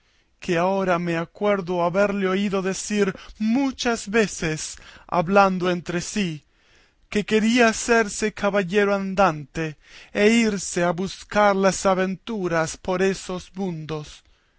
que ahora me acuerdo haberle oído decir muchas veces hablando entre sí que quería hacerse caballero andante e irse a buscar las aventuras por esos mundos